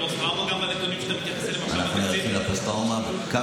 אתם נערכים גם לפוסט-טראומה בנתונים שאתה מתייחס אליהם עכשיו בתקציב?